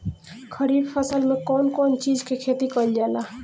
खरीफ फसल मे कउन कउन चीज के खेती कईल जाला?